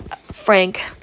Frank